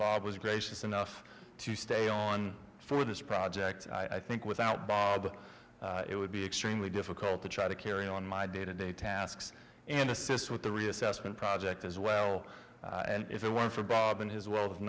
bob was gracious enough to stay on for this project i think without bob it would be extremely difficult to try to carry on my day to day tasks and assist with the reassessment project as well and if it weren't for bob and his wealth of